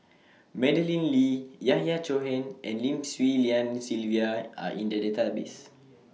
Madeleine Lee Yahya Cohen and Lim Swee Lian Sylvia Are in The Database